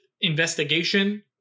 investigation